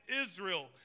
Israel